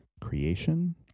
creation